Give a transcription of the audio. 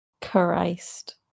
Christ